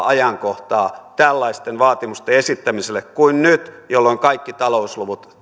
ajankohtaa tällaisten vaatimusten esittämiselle kuin nyt jolloin kaikki talousluvut